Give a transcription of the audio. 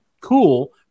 cool